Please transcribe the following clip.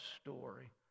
story